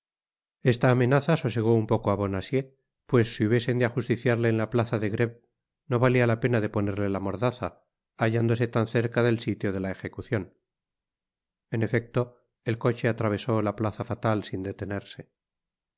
esta amenaza sosegó un poco á bonacieux pues si hubiesen de ajusticiarle en la plaza de greve no valia la pena de ponerle la mordaza hallándose tan cerca del sitio de la ejecucion en efecto el coche atravesó la plaza fatal sin detenerse no